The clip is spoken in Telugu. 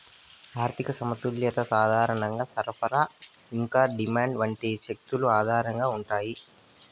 ఆర్థిక సమతుల్యత సాధారణంగా సరఫరా ఇంకా డిమాండ్ వంటి శక్తుల ఆధారంగా ఉంటాయి